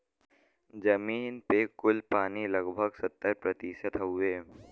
जमीन पे कुल पानी लगभग सत्तर प्रतिशत हउवे